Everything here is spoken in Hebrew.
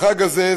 בחג הזה,